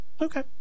Okay